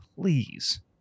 please